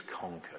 conquered